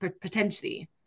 potentially